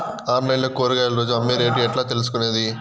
Online లో కూరగాయలు రోజు అమ్మే రేటు ఎట్లా తెలుసుకొనేది?